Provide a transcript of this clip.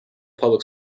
public